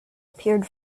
appeared